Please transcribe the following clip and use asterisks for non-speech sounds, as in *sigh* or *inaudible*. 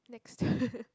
next *laughs*